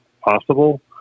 possible